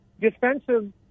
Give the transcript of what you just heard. defensive